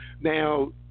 Now